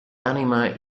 anima